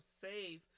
safe